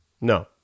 No